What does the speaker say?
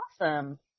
awesome